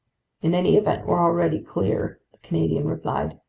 in any event we're already clear, the canadian replied,